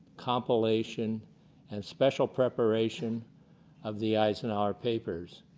compilation and special preparation of the eisenhower papers.